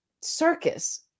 circus